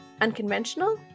Unconventional